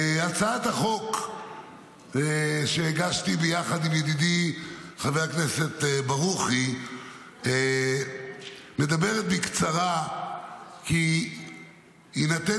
הצעת החוק שהגשתי ביחד עם ידידי חבר הכנסת ברוכי מדברת בקצרה כי יינתן